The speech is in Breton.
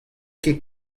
bet